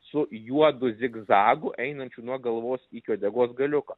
su juodu zigzagu einančiu nuo galvos iki uodegos galiuko